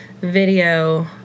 Video